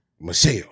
Michelle